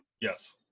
Yes